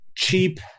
cheap